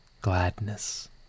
gladness